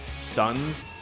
suns